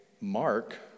Mark